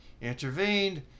intervened